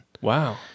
Wow